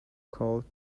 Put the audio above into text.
called